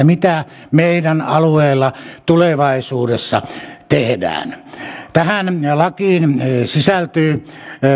mitä meidän alueella tulevaisuudessa tehdään tähän lakiin sisältyy